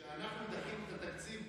כשאנחנו דחינו את התקציב,